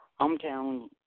hometown